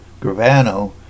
Gravano